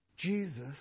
Jesus